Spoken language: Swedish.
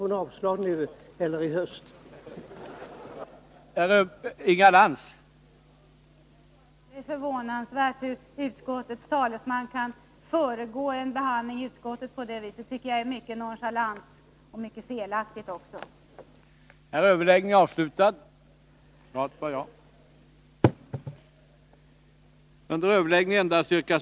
Det tycker jag är mycket nonchalant och också felaktigt.